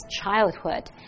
childhood